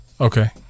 okay